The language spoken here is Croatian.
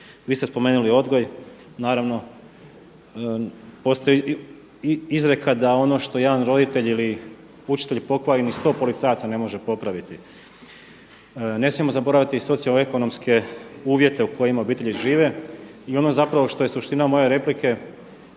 Vi ste spomenuli odgoj, naravno postoji izreka da ono što jedan roditelj pokvari ni sto policajaca ne može popraviti. Ne smijemo zaboraviti socioekonomske uvjete u kojima obitelji žive i ono zapravo što je suština moje replike,